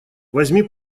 возьми